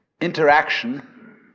interaction